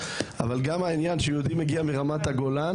אבל גם העניין שיהודי מגיע מרמת הגולן.